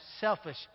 selfish